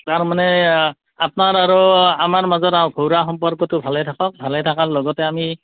তাৰমানে আপোনাৰ আৰু আমাৰ মাজত ঘৰুৱা সম্পৰ্কটো ভালে থাকক ভালে থকাৰ লগতে আমি